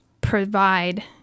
provide